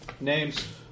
Names